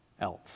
else